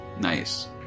Nice